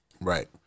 Right